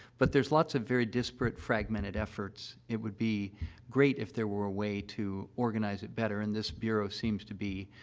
but there's lots of very disparate, fragmented efforts. it would be great if there were a way to organize it better, and this bureau seems to be,